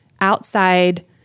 outside